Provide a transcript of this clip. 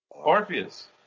Orpheus